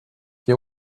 you